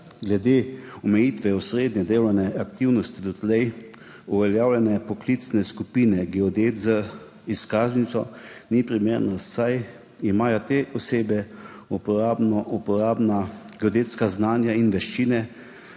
glede omejitve osrednje delovne aktivnosti dotlej uveljavljene poklicne skupine geodet z izkaznico ni primerna, saj imajo te osebe uporabna geodetska znanja in veščine,